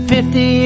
Fifty